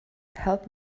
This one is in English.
help